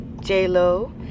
J-Lo